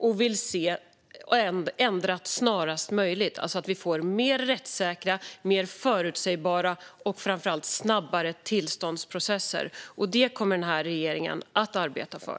Man vill se att detta ändras snarast möjligt, så att vi får mer rättssäkra, mer förutsägbara och framför allt snabbare tillståndsprocesser. Det kommer denna regering att arbeta för.